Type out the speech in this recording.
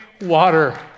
water